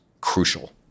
crucial